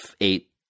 eight